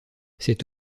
c’est